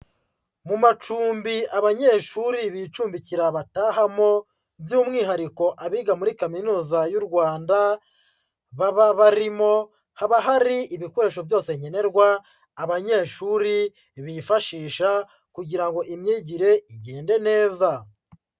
Mu macumbi abanyeshuri bicumbikira batahamo by'umwihariko abiga muri Kaminuza y'u Rwanda baba barimo, haba hari ibikoresho byose nkenerwa abanyeshuri bifashisha kugira ngo imyigire igende neza.